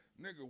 nigga